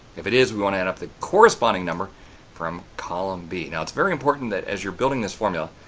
if it is we want to add up the corresponding number from column b. now it's very important that as you're building this formula,